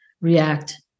react